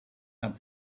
had